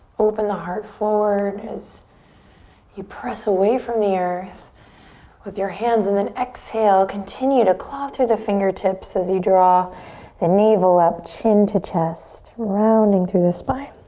open the heart forward as you press away from the earth with your hands. and then exhale continue to claw through the fingertips as you draw the navel up, chin to chest rounding through the spine.